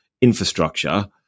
infrastructure